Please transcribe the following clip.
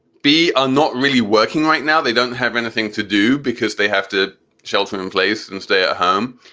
b are not really working right now. they don't have anything to do because they have to shelter in place and stay at home.